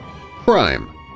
Crime